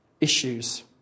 issues